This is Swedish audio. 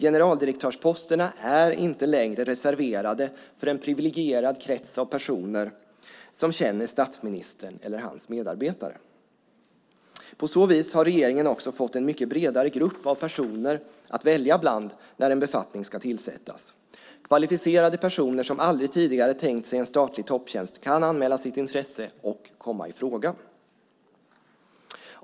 Generaldirektörsposterna är inte längre reserverade för en privilegierad krets av personer som känner statsministern eller hans medarbetare. På så vis har regeringen fått en mycket bredare grupp av personer att välja bland när en befattning ska tillsättas. Kvalificerade personer som aldrig tidigare har tänkt sig en statlig topptjänst kan anmäla sitt intresse och komma i fråga.